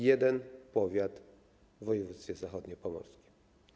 Jeden powiat w województwie zachodniopomorskim.